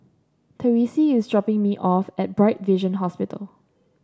Therese is dropping me off at Bright Vision Hospital